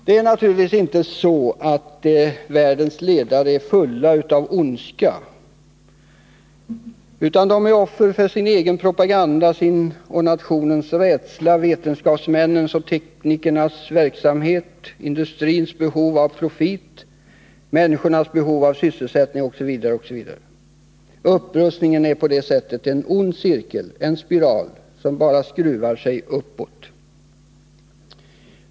Det är naturligtvis inte så att världens ledare är fulla av ondska, utan de är offer för sin egen propaganda, sin och nationens rädsla, vetenskapsmännens och teknikernas verksamhet, industrins behov av profit, människornas behov av sysselsättning, osv. Upprustningen är på det sättet en ond cirkel, en spiral, som bara skruvar sig uppåt.